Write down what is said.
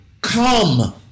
come